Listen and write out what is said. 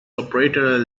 operator